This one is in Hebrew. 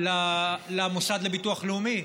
למוסד לביטוח לאומי.